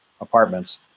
apartments